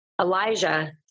Elijah